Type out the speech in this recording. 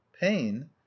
pain